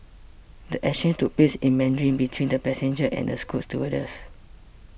the exchange took place in Mandarin between the passenger and a Scoot stewardess